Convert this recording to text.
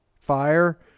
fire